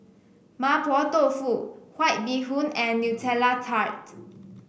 Mapo Tofu White Bee Hoon and Nutella Tart